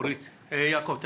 יעקב טסלר,